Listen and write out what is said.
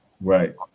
right